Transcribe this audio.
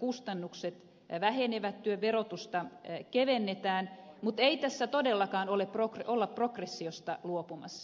kustannukset vähenevät työn verotusta kevennetään mutta ei tässä todellakaan olla progressiosta luopumassa